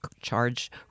charge